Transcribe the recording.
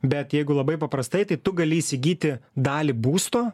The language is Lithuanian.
bet jeigu labai paprastai tai tu gali įsigyti dalį būsto